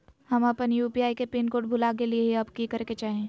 हम अपन यू.पी.आई के पिन कोड भूल गेलिये हई, अब की करे के चाही?